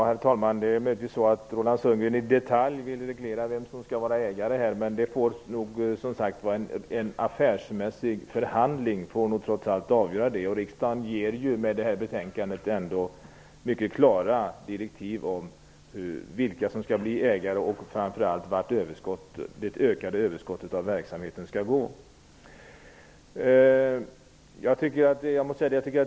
Herr talman! Möjligtvis vill Roland Sundgren i detalj reglera vem som skall vara ägare, men det får väl trots allt avgöras i en affärsmässig förhandling. Riksdagen ger med det här betänkandet mycket klara direktiv om vilka som skall bli ägare och, framför allt, vart det ökade överskottet av verksamheten skall gå.